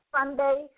Sunday